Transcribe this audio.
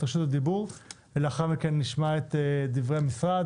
את רשות הדיבור ולאחר מכן נשמע את דברי המשרד